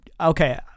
Okay